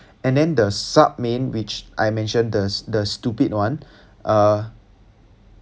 and then the sub main which I mentioned the the stupid one uh